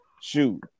shoot